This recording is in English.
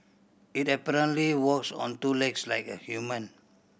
it apparently walks on two legs like a human